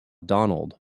donald